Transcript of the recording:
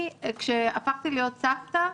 כשהפכתי להיות סבתא,